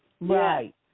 Right